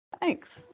Thanks